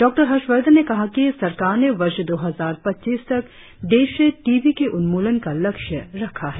doctor Harshvardhan ने कहा कि सरकार ने वर्ष दो हजार पच्चीस तक देश से टीबी के उन्मूलन का लक्ष्य रखा है